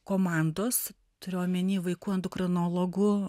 komandos turiu omeny vaikų endokrinologų